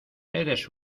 eres